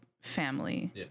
family